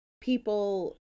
People